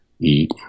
eat